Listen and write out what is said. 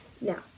Now